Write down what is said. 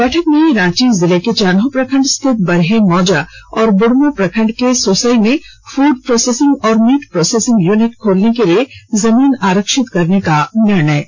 बैठक में रांची जिले के चान्हो प्रखंड स्थित बरहे मौजा और बुढमु प्रखंड के सोसई में फृड प्रोसेसिंग और मीट प्रोसेसिंग यूनिट खोलने के लिए जमीन आरक्षित करने का निर्णय लिया गया